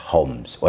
Homes